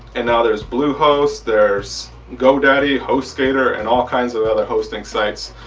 and now there's bluehost there's godaddy hostgator and all kinds of other hosting sites.